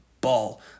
ball